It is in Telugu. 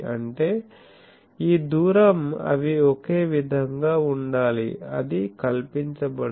అంటే ఈ దూరం అవి ఒకే విధంగా ఉండాలి అది కల్పించబడదు